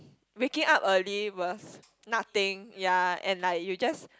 waking up early was nothing ya and like you just